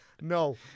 no